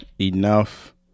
enough